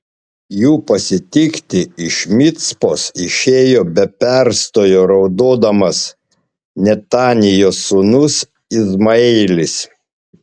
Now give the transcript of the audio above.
jų pasitikti iš micpos išėjo be perstojo raudodamas netanijos sūnus izmaelis